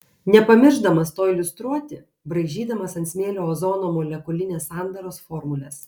nepamiršdamas to iliustruoti braižydamas ant smėlio ozono molekulinės sandaros formules